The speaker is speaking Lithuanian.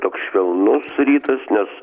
toks švelnus rytas nes